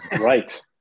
Right